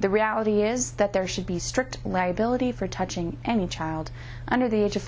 the reality is that there should be strict liability for touching any child under the age of